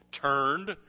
turned